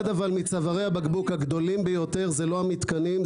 אחד מצווארי הבקבוק הגדולים ביותר זה לא המתקנים,